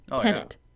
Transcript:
Tenant